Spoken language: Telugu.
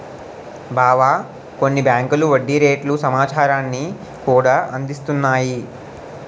బావా కొన్ని బేంకులు వడ్డీ రేట్ల సమాచారాన్ని కూడా అందిస్తున్నాయి